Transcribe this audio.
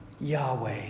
Yahweh